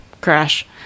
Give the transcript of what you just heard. crash